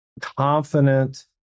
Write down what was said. confident